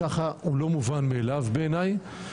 הוא לא מובן מאליו בעיניי,